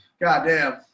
Goddamn